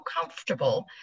comfortable